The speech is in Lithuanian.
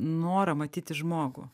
norą matyti žmogų